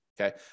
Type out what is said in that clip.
Okay